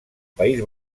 país